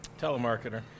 Telemarketer